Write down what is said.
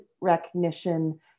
recognition